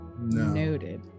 Noted